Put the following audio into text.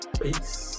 Peace